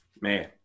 man